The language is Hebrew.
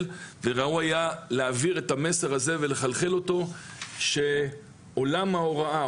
וראוי היה להעביר את המסר הזה ולחלחל אותו שעולם ההוראה,